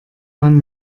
man